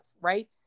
right